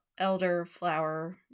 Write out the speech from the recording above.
elderflower